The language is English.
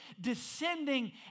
descending